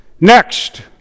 Next